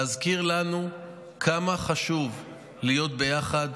להזכיר לנו כמה חשוב להיות ביחד,